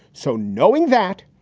so knowing that,